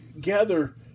Gather